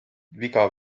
viga